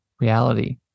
reality